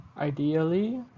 Ideally